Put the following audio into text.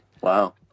wow